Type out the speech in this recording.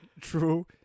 True